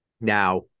Now